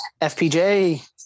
FPJ